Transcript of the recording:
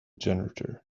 janitor